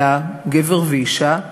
אלא גבר ואישה,